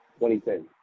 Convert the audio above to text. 2010